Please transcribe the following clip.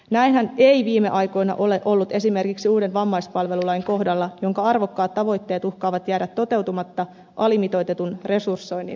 näinhän ei viime aikoina ole ollut esimerkiksi uuden vammaispalvelulain kohdalla jonka arvokkaat tavoitteet uhkaavat jäädä toteutumatta alimitoitetun resursoinnin takia